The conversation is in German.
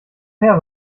her